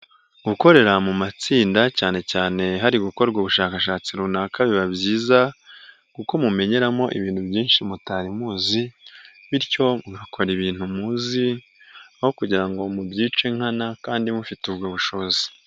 Gukorera mu matsinda cyane cyaneyan hari gukorwa ubushakashatsi runaka biba byiza kuko mumenyeramo ibintu byinshi mutari muzi bityo mugakora ibintu muzi aho kugira ngo mubyice nkana kandi mufite ubwo bushobozi.